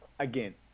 again